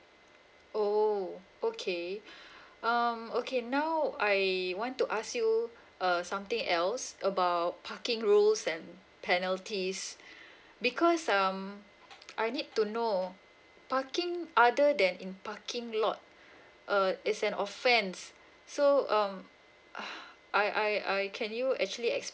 oh okay um okay now I want to ask you uh something else about parking rules and penalties because um I need to know parking other than in parking lot uh is an offence so um uh I I I can you actually explain